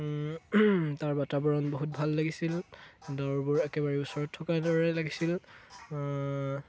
তাৰ বাতাৱৰণ বহুত ভাল লাগিছিল দৱৰবোৰ একেবাৰে ওচৰত থকাৰ দৰে লাগিছিল